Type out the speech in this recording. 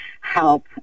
help